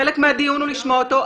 חלק מהדיון הוא לשמוע אותו,